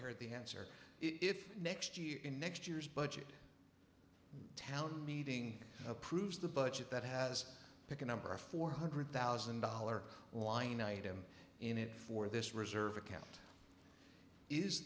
heard the answer if next year in next year's budget town meeting approves the budget that has pick a number of four hundred thousand dollars line item in it for this reserve a